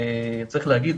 צריך להגיד,